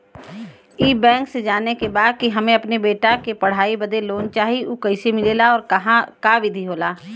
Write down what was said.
ई बैंक से जाने के बा की हमे अपने बेटा के पढ़ाई बदे लोन चाही ऊ कैसे मिलेला और का विधि होला?